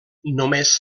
només